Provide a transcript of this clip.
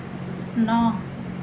ন